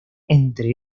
entre